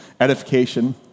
edification